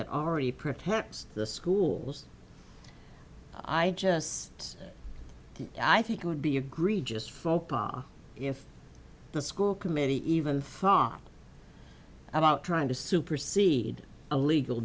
that already protects the schools i just i think it would be agree just focus if the school committee even thought about trying to supersede a legal